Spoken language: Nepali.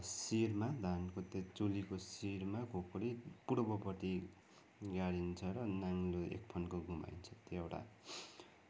शिरमा धानको त्यो चुलीको शिरमा खुकुरी पूर्वपट्टि गाडिन्छ र नाङ्ग्लो एक फन्को घुमाइन्छ त्यो एउटा